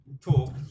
talk